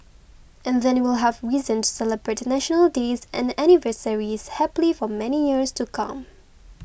and then we'll have reason to celebrate National Days and anniversaries happily for many years to come